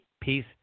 peace